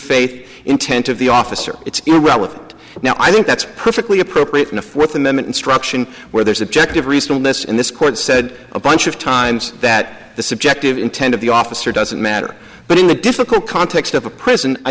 faith intent of the officer it's irrelevant now i think that's perfectly appropriate in a fourth amendment instruction where there's objective research on this and this court said a bunch of times that the subjective intent of the officer doesn't matter but in the difficult context of a prison i